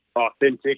authentic